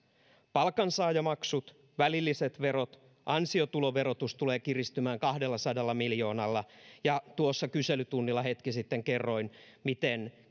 palkansaajamaksut välilliset verot ansiotuloverotus tulevat kiristymään kahdellasadalla miljoonalla ja kyselytunnilla hetki sitten kerroin miten